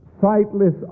sightless